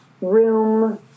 room